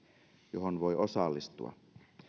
johon voi osallistua